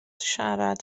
siarad